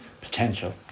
Potential